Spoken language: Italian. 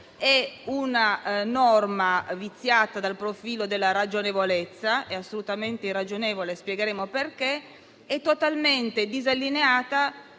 è una norma viziata sotto il profilo della ragionevolezza (è assolutamente irragionevole e spiegheremo perché) ed è totalmente disallineata